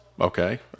Okay